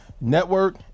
network